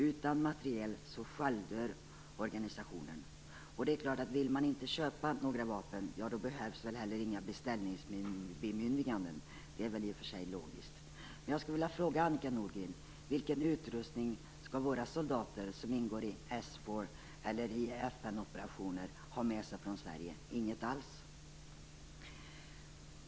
Utan materiel självdör organisationen. Vill man inte köpa några vapen, då behövs väl heller inga beställningsbemyndiganden. Det är i och för sig logiskt, men jag skulle vilja fråga Annika Nordgren: Vilken utrustning skall våra soldater som ingår i SFOR eller i FN-operationer ha med sig från Sverige? Ingen alls?